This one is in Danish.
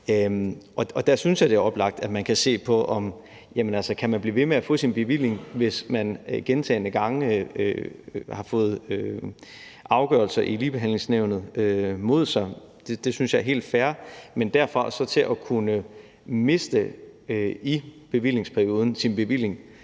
Der synes jeg, det er oplagt, at man kan se på, om man kan blive ved med at få sin bevilling, hvis man gentagne gange har fået afgørelser mod sig i Ligebehandlingsnævnet. Det synes jeg er helt fair, men derfra og så til at kunne miste sin bevilling i bevillingsperioden,